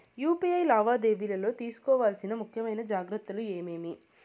UPI లావాదేవీలలో తీసుకోవాల్సిన ముఖ్యమైన జాగ్రత్తలు ఏమేమీ?